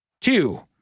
Two